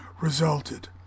resulted